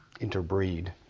interbreed